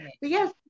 Yes